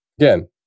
Again